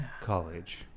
College